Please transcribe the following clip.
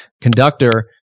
conductor